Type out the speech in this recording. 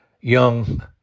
young